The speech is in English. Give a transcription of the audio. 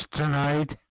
tonight